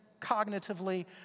cognitively